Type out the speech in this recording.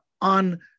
on